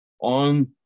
on